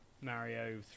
Mario